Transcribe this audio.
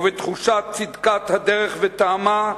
ובתחושת צדקת הדרך וטעמה,